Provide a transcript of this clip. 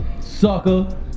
Sucker